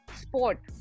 sport